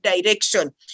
direction